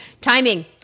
Timing